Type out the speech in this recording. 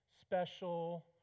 special